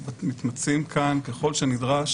מתמצאים כאן ככל שנדרש